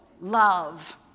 love